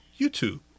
YouTube